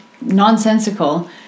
nonsensical